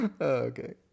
Okay